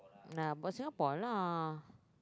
ah about Singapore lah